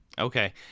Okay